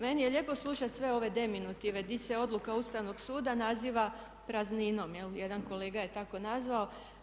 Meni je lijepo slušati sve ove deminutive gdje se odluka Ustavnog suda naziva prazninom, jel' jedan kolega je tako nazvao.